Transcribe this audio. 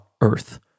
Earth